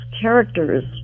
characters